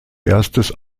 erstes